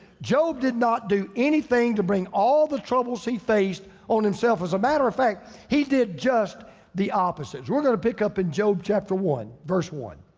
job did not do anything to bring all the troubles he faced on himself. as a matter of fact, he did just the opposite. we're gonna pick up in job chapter one, verse one.